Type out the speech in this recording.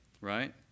right